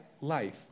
life